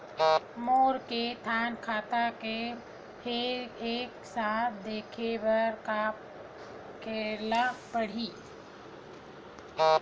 मोर के थन खाता हे एक साथ देखे बार का करेला पढ़ही?